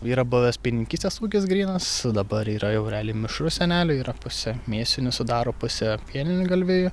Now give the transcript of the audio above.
yra buvęs pienininkystės ūkis grynas dabar yra jau realiai mišrus senelių yra pusė mėsinių sudaro pusė pieninių galvijų